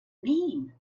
mean